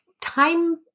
time